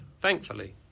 thankfully